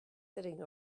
sitting